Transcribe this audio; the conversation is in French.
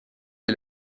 est